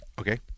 Okay